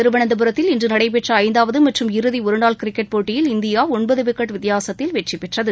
திருவனந்தபுரத்தில் இன்று நடைபெற்ற ஐந்தாவது மற்றும் இறுதி ஒருநாள் கிரிக்கெட் போட்டியில் இந்தியா ஒன்பது விக்கெட் வித்தியாசத்தில் வெற்றிபெற்றது